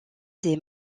des